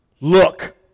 Look